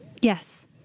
Yes